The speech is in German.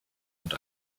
und